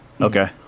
okay